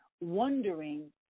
wondering